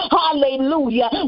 hallelujah